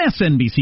MSNBC